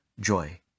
joy